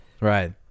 Right